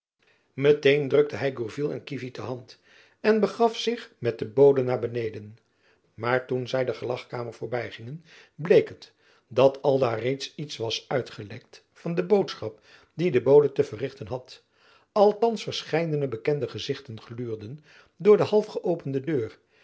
met-een drukte hy gourville en kievit de hand en begaf zich met den bode naar beneden maar toen zy de gelagkamer voorby gingen bleek het dat aldaar reeds iets was uitgelekt van de boodschap die de bode te verrichten had althands verscheidene bekende gezichten gluurden door de half geöpende deur